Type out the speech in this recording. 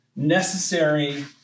necessary